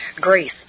Grace